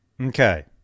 okay